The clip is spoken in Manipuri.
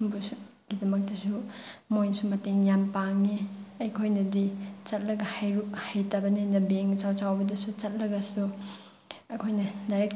ꯕꯨꯁꯨ ꯒꯤꯗꯃꯛꯇꯁꯨ ꯃꯣꯏꯅꯁꯨ ꯃꯇꯦꯡ ꯌꯥꯝ ꯄꯥꯡꯉꯤ ꯑꯩꯈꯣꯏꯅꯗꯤ ꯆꯠꯂꯒ ꯍꯩꯇꯕꯅꯤꯅ ꯕꯦꯡꯛ ꯑꯆꯧ ꯑꯆꯧꯕꯗꯁꯨ ꯆꯠꯂꯒꯁꯨ ꯑꯩꯈꯣꯏꯅ ꯗꯥꯏꯔꯦꯛ